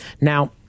Now